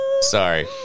Sorry